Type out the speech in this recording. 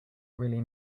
really